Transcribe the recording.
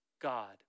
God